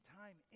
time